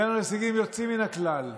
הגענו להישגים יוצאים מן הכלל,